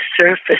surface